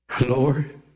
Lord